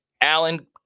Alan